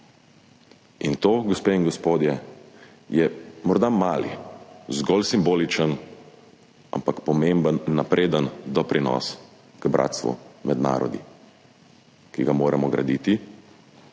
In to, gospe in gospodje, je morda majhen, zgolj simboličen, ampak pomemben in napreden doprinos k bratstvu med narodi, ki ga moramo graditi,